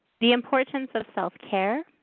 the importance of self-care,